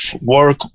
work